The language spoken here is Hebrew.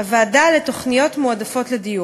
אני מכבד אותך, ואני לא אספר לאן באת שבוע לפני.